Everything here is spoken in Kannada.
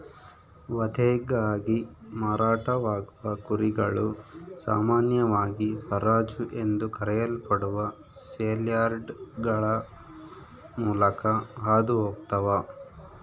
ವಧೆಗಾಗಿ ಮಾರಾಟವಾಗುವ ಕುರಿಗಳು ಸಾಮಾನ್ಯವಾಗಿ ಹರಾಜು ಎಂದು ಕರೆಯಲ್ಪಡುವ ಸೇಲ್ಯಾರ್ಡ್ಗಳ ಮೂಲಕ ಹಾದು ಹೋಗ್ತವ